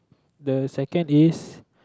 the second is